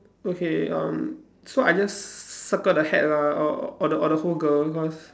okay um so I just circle the hat lah or or the or the whole girl cause